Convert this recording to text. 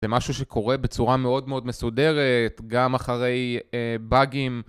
זה משהו שקורה בצורה מאוד מאוד מסודרת, גם אחרי באגים.